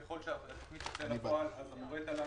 ככל שהתכנית תצא לפועל אז מורי תל"ן